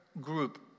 group